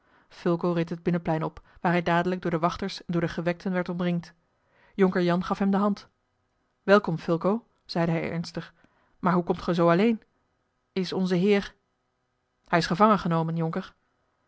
fulco reed het binnenplein op waar hij dadelijk door de wachters en door de gewekten werd omringd jonker jan gaf hem de hand welkom fulco zeide hij ernstig maar hoe komt ge zoo alleen is onze heer hij is gevangen genomen jonker